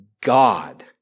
God